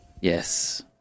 Yes